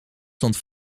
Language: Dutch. stond